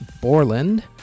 Borland